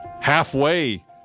halfway